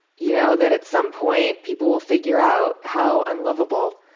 you know, that at some point people will figure out how unlovable,